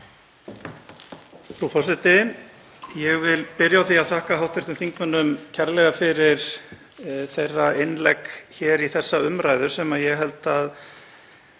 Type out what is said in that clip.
Frú forseti. Ég vil byrja á því að þakka hv. þingmönnum kærlega fyrir þeirra innlegg í þessa umræðu sem ég held að